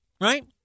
right